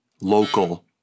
local